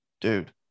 Dude